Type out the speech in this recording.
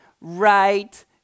right